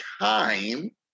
time